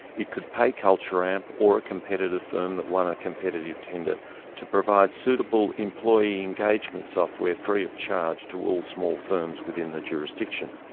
it could pay cultureamp or a competitor firm that won a competitive tender to provide suitable employee engagement software free of charge to all small firms within the jurisdiction.